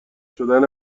شدن